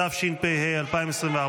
התשפ"ה 2024,